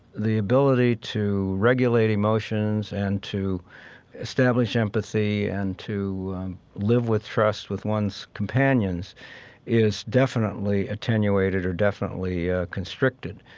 the ability to regulate emotions and to establish empathy and to live with trust with one's companions is definitely attenuated, or definitely ah constricted.